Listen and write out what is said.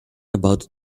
about